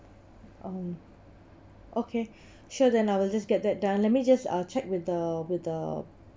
oh okay sure then I will just get that done let me just uh check with the with the